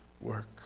work